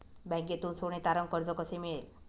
बँकेतून सोने तारण कर्ज कसे मिळेल?